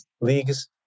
leagues